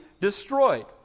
destroyed